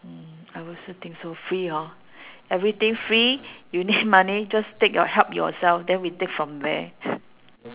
mm I also think so free hor everything free you need money just take or help yourself then we take from where